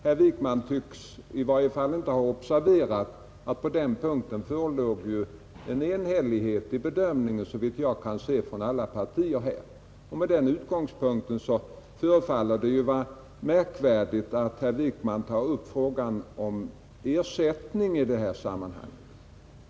Herr Wijkman tycks inte ha observerat att det på den punkten förelåg enhällighet i bedömningen från alla partier. Med den utgångspunkten förefaller det ju märkvärdigt att herr Wijkman tar upp frågan om ersättning i det här sammanhanget.